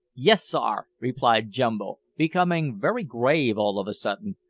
yis, saar, replied jumbo, becoming very grave all of a sudden,